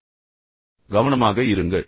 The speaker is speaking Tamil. கவனம் செலுத்துங்கள் கவனமாக இருங்கள்